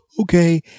Okay